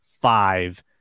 five